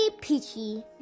peachy